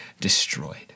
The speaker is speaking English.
destroyed